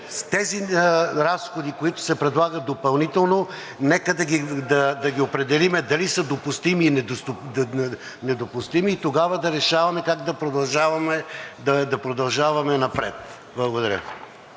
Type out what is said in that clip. тези разходи, които се предлагат допълнително, нека да определим дали са допустими и недопустими и тогава да решаваме как да продължаваме напред. Благодаря.